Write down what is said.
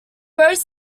rose